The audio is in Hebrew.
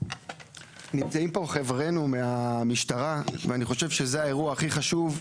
נמצאים פה חברינו מהמשטרה ואני חושב שזה האירוע הכי חשוב.